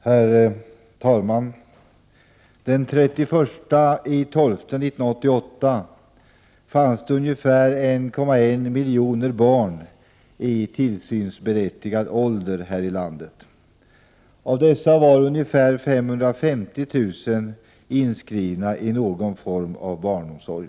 Herr talman! Den 31 december 1988 fanns det ungefär 1,1 miljon barn i tillsynsberättigad ålder här i landet. Av dessa var ungefär 550 000 inskrivna i någon form av barnomsorg.